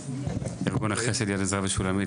ארגון החסד 'יד עזרה ושולמית',